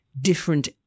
different